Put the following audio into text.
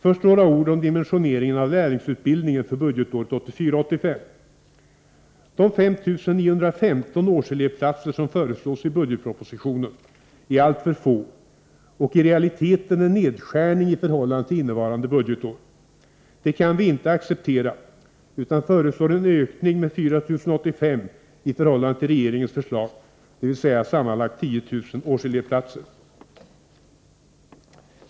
Först några ord om dimensioneringen av lärlingsutbildningen för budgetåret 1984/85. De 5 915 årselevplatser som föreslås i budgetpropositionen är alltför få och innebär i realiteten en nedskärning i förhållande till innevarande budgetår. Det kan vi inte acceptera utan föreslår en ökning med 4 085 i förhållande till regeringens förslag, dvs. sammanlagt 10 000 årselevplatser.